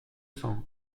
cent